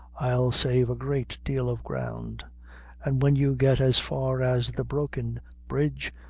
i'll save a great deal of ground and when you get as far as the broken bridge,